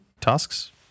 tasks